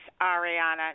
Ariana